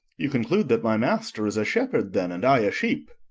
you conclude that my master is a shepherd then, and i a sheep?